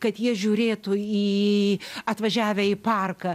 kad jie žiūrėtų į atvažiavę į parką